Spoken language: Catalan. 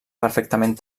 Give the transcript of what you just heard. perfectament